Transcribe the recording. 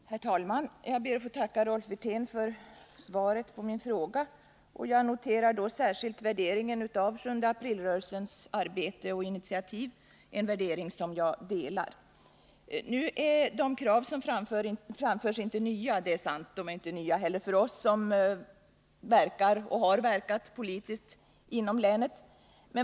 Herr talman! Jag ber att få tacka Rolf Wirtén för svaret på min fråga och Fredagen den noterar särskilt värderingen av 7 april-rörelsens arbete och initiativ, en 30 november 1979 värdering som jag delar. Det är sant att de framförda kraven inte är nya, och de är inte heller nya för oss som har verkat och verkar politiskt inom länet.